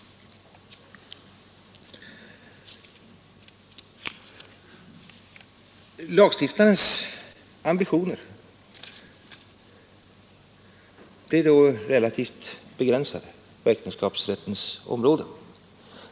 Lagstiftarens ambitioner blir då relativt begränsade.